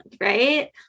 right